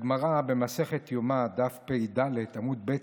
הגמרא במסכת יומא, דף פ"ד עמוד ב',